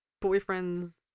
boyfriend's